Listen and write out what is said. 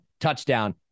touchdown